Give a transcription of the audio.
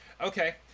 okay